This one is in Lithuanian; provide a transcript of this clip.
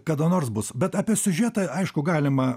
kada nors bus bet apie siužetą aišku galima